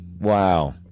Wow